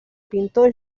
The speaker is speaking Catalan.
pintor